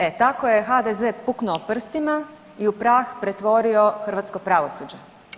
E tako je HDZ puknuo prstima i u prah pretvorio hrvatsko pravosuđe.